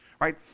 right